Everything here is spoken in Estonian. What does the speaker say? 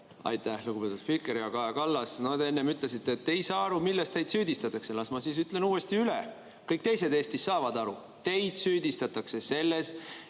Aitäh, lugupeetud spiiker! Hea Kaja Kallas! Te enne ütlesite, et te ei saa aru, milles teid süüdistatakse. Las ma siis ütlen uuesti, kõik teised Eestis saavad aru. Teid süüdistatakse selles,